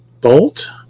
bolt